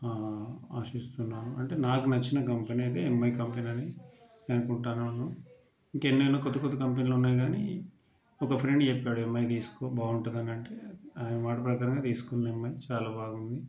ఆశిస్తున్నాను అంటే నాకు నచ్చిన కంపెనీ అయితే ఎంఐ కంపెనీ అని అనుకుంటాను ఇంక ఎన్నయినా కొత్త కొత్త కంపెనీలు ఉన్నాయి కానీ ఒక ఫ్రెండ్ చెప్పాడు ఎంఐ తీసుకో బాగుంటుంది అంటే ఆయన మాట ప్రకారమే తీసుకున్నా ఎంఐ చాలా బాగుంది